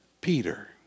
Peter